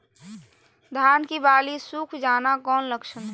धान की बाली सुख जाना कौन लक्षण हैं?